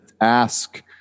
ask